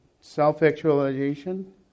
self-actualization